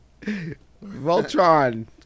Voltron